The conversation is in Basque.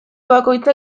bakoitza